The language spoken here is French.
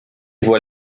voit